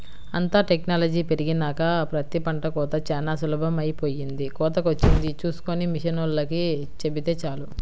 అంతా టెక్నాలజీ పెరిగినాక ప్రతి పంట కోతా చానా సులభమైపొయ్యింది, కోతకొచ్చింది చూస్కొని మిషనోల్లకి చెబితే చాలు